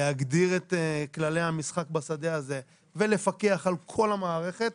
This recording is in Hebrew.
להגדיר את כללי המשחק בשדה הזה ולפקח על כל המערכת.